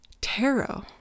Tarot